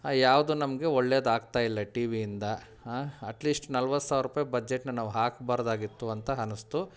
ಯಾವ್ದೂ ನಮಗೆ ಒಳ್ಳೆದಾಗ್ತಾ ಇಲ್ಲ ಟಿ ವಿಯಿಂದ ಅಟ್ ಲೀಸ್ಟ್ ನಲವತ್ತು ಸಾವಿರ ರೂಪಾಯಿ ಬಜೆಟನ್ನ ನಾವು ಹಾಕಬಾರ್ದಾಗಿತ್ತು ಅಂತ ಅನುಸ್ತು